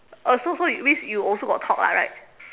oh so so it means you also got talk lah right